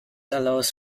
allows